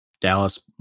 Dallas